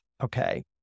okay